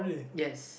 yes